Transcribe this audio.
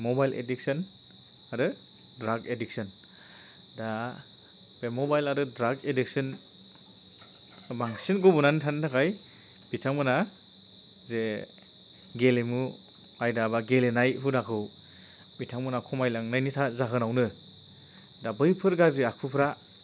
mobile addiction आरो drug addiction दा बे मबाइल आरो ड्राग एडिक्स'न आव बांसिन गब'नानै थानायनि थाखाय बिथांमोना जे गेलेमु आयदा एबा गेलेनाय हुदाखौ बिथांमोना खमायलांनायनि जाहोनावनो दा बैफोर गाज्रि आखुफोरा